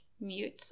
mute